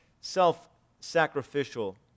self-sacrificial